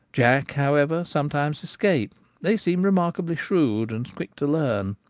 jack, however, sometimes escape they seem remarkably shrewd and quick to learn.